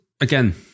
again